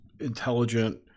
intelligent